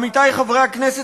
עמיתי חברי הכנסת,